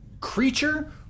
creature